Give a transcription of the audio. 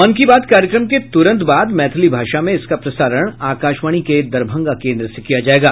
मन की बात कार्यक्रम के तूरंत बाद मैथिली भाषा में इसका प्रसारण आकाशवाणी के दरभंगा केन्द्र से किया जायेगा